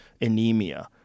anemia